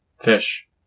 Fish